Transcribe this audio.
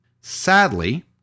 Sadly